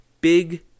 Big